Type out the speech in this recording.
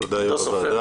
תודה יו"ר הוועדה,